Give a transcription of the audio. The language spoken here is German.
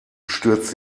stürzt